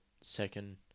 second